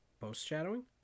Post-shadowing